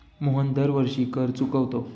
मोहन दरवर्षी कर चुकवतो